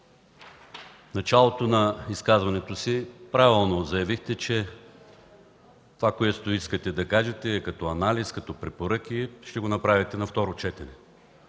в началото на Вашето изказване правилно заявихте, че това, което искате да кажете като анализ, като препоръки, ще го направите на второ четене.